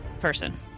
person